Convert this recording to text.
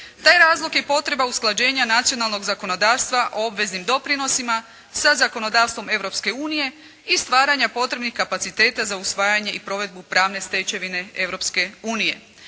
Taj razlog je potreba usklađenja nacionalnog zakonodavstva o obaveznim doprinosima sa zakonodavstvom Europske unije i stvaranja potrebnih kapaciteta za usvajanje i provedbu pravne stečevine